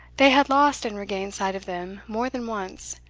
they had lost and regained sight of them more than once,